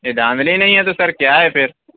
یہ دھاندلی نہیں ہے تو سر کیا ہے پھر